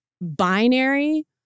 binary